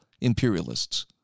imperialists